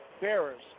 bearers